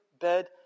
bed